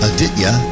Aditya